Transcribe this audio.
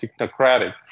technocratic